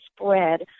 spread